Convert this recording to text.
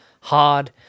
hard